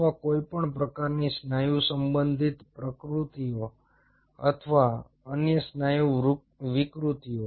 અથવા કોઈપણ પ્રકારની સ્નાયુ સંબંધિત વિકૃતિઓ અથવા અન્ય સ્નાયુ વિકૃતિઓ